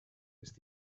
ist